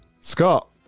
scott